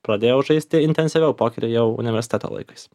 pradėjau žaisti intensyviau pokerį jau universiteto laikais